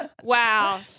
Wow